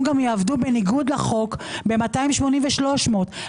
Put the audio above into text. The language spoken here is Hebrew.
גם יעבדו בניגוד לחוק 280 ו-300 שעות.